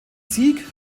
sieg